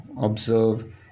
observe